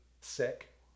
sick